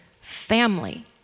family